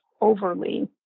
overly